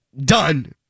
done